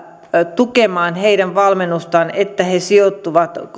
tukemaan näiden viidentoistatuhannen nuorten valmennusta niin että he sijoittuvat